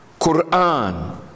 Quran